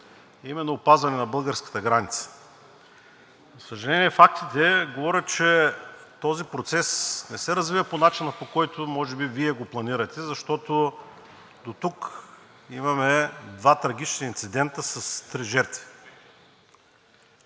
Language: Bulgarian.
именно опазване на българската граница. За съжаление, фактите говорят, че този процес не се развива по начина, по който може би Вие го планирате, защото дотук имаме два трагични инцидента с три жертви.